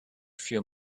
few